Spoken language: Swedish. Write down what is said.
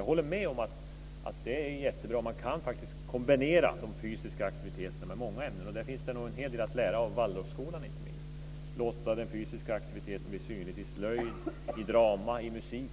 Jag håller med om att det är jättebra. Man kan faktiskt kombinera de fysiska aktiviteterna med många ämnen. Där finns en hel del att lära av Waldorfskolan inte minst, att låta den fysiska aktiviteten bli synlig i slöjd, drama, musik